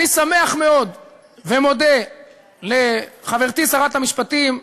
אני שמח מאוד ומודה לחברתי שרת המשפטים,